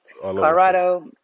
Colorado